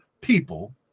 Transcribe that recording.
people